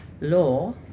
law